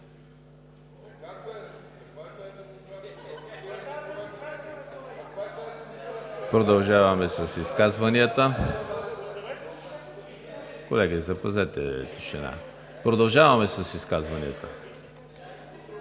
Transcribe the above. Продължаваме с изказванията.